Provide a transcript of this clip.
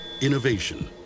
Innovation